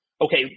Okay